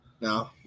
No